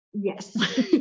yes